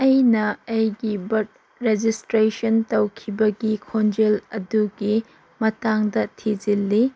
ꯑꯩꯅ ꯑꯩꯒꯤ birth registration ꯇꯧꯈꯤꯕꯒꯤ ꯈꯣꯡꯖꯦꯜ ꯑꯗꯨꯒꯤ ꯃꯇꯥꯡꯗ ꯊꯤꯖꯤꯜꯂꯤ